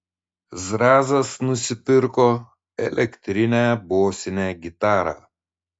zrazas nusipirko elektrinę bosinę gitarą